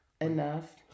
enough